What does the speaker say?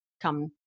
come